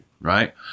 right